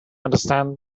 understand